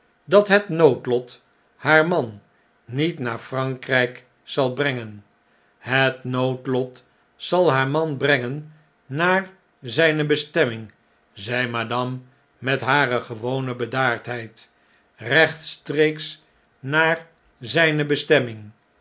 dat het noodlot haar man niet naar frankrn'kzal brengen b het noodlot zal haar man brengen naar zflne bestemming zei madame met hare gewone bedaardheid rechtstreeks naar zfjne bestemming